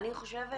אני חושבת